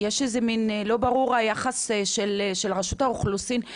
ולא ברור היחס של רשות האוכלוסין,